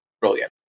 brilliant